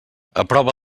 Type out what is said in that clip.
aprova